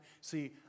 See